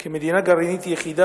כמדינה גרעינית יחידה,